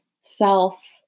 self